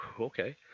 okay